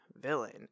villain